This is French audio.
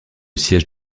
siège